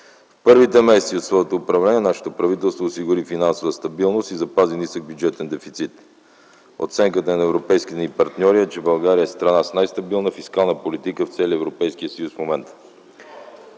Първите месеци от своето управление нашето правителство осигури финансова стабилност и запази нисък бюджетен дефицит. Оценката на европейските ни партньори е, че България е страна с най-стабилна фискална политика в целия Европейски съюз в момента.